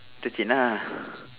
interchange ah